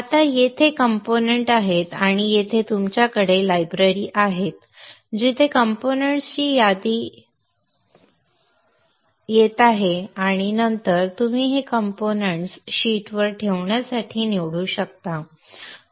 आता येथे घटक आहेत आणि येथे तुमच्याकडे लायब्ररी आहेत जिथे कंपोनेंट्स ची यादी येथे येत आहे आणि नंतर तुम्ही हे कंपोनेंट्स शीटवर ठेवण्यासाठी निवडू शकता